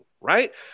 right